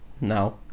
now